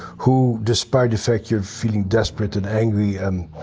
who, despite the fact you're feeling desperate and angry, and